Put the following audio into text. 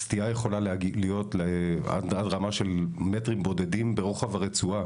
סטייה יכולה להיות עד רמה של מטרים בודדים ברוחב הרצועה,